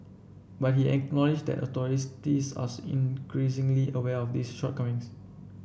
but he acknowledged that are increasingly aware of these shortcomings